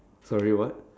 sorry what